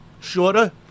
shorter